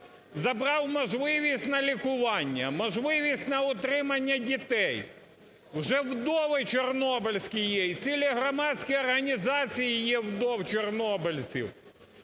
забрав можливість на лікування, можливість на утримання дітей. Вже вдови чорнобильські є і цілі громадські організації є вдов чорнобильців,